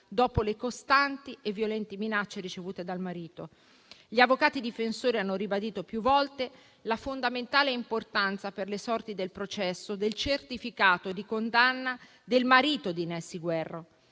dopo le costanti e violenti minacce ricevute dal marito; gli avvocati difensori hanno ribadito più volte la fondamentale importanza, per le sorti del processo, del certificato di condanna del marito di Nessy Guerra,